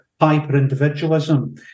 hyper-individualism